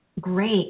great